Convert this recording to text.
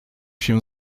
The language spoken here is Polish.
się